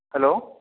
hello